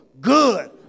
Good